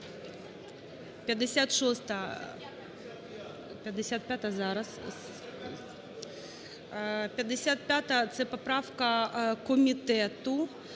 56-а. 55-а? Зараз. 55 це поправка комітету.